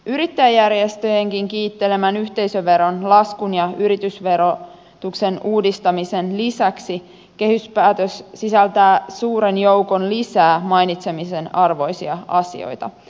yrittäjäjärjestöjenkin kiittelemän yhteisöveron laskun ja yritysverotuksen uudistamisen lisäksi kehyspäätös sisältää suuren joukon lisää mainitsemisen arvoisia asioita